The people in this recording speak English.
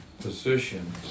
position